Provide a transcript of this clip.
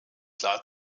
klar